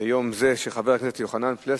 ליום זה, של חבר הכנסת יוחנן פלסנר.